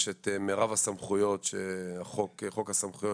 יש את מירב הסמכויות שחוק הסמכויות